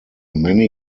many